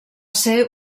ser